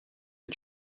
est